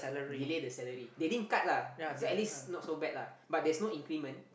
delay the salary they didn't cut lah so at least not so bad lah but there's no increment